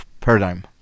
paradigm